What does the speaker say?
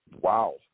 wow